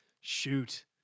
Shoot